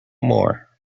more